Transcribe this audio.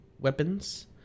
weapons